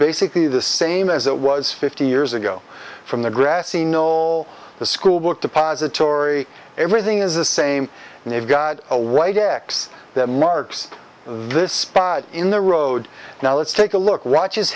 basically the same as it was fifty years ago from the grassy knoll the school book depository everything is the same and they've got a white x that marks this spot in the road now let's take a look rotch